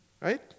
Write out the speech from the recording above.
right